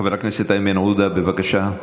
חבר הכנסת איימן עודה, בבקשה.